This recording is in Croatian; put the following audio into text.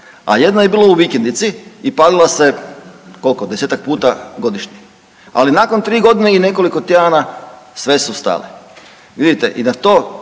a jedna je bila u vikendici i palila se, koliko, desetaka puta godišnje, ali nakon 3 godine i nekoliko tjedana sve su stale. Vidite i na to